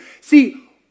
See